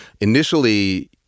Initially